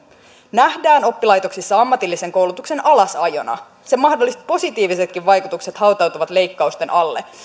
nähdään oppilaitoksissa ammatillisen koulutuksen alasajona sen mahdolliset positiivisetkin vaikutukset hautautuvat leikkausten alle